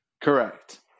Correct